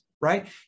Right